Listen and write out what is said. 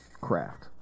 craft